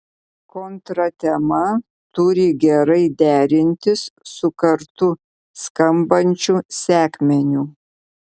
kontratema turi gerai derintis su kartu skambančiu sekmeniu